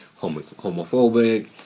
homophobic